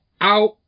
out